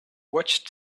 watched